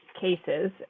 cases